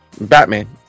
batman